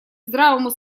здравому